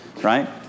right